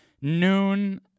noon